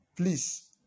Please